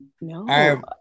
No